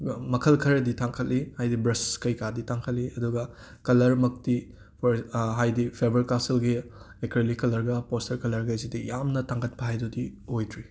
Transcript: ꯃꯈꯜ ꯈꯔꯗꯤ ꯇꯥꯡꯈꯠꯂꯤ ꯍꯥꯏꯗꯤ ꯕ꯭ꯔꯁ ꯀꯩ ꯀꯥꯗꯤ ꯇꯥꯡꯈꯠꯂꯤ ꯑꯗꯨꯒ ꯀꯂꯔꯃꯛꯇꯤ ꯍꯥꯏꯗꯤ ꯐꯦꯕꯔ ꯀꯥꯁꯜꯒꯤ ꯑꯦꯀ꯭ꯔꯦꯂꯤꯛ ꯀꯂꯔꯒ ꯄꯣꯁꯇꯔ ꯀꯂꯔꯒꯩꯁꯤꯗꯤ ꯌꯥꯝꯅ ꯇꯥꯡꯈꯠꯄ ꯍꯥꯏꯗꯨꯗꯤ ꯑꯣꯏꯗ꯭ꯔꯤ